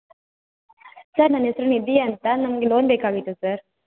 sir ನನ್ನ ಹೆಸರು ನಿಧಿ ಅಂತ ನಮಗೆ ಲೋನ್ ಬೇಕಾಗಿತ್ತು ಸರ್